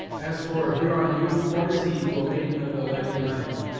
as for a huron youth, what is he to a maiden of the lenni lenape.